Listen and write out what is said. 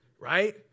right